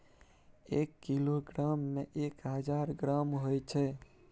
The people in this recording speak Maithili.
एक किलोग्राम में एक हजार ग्राम होय छै